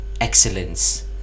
excellence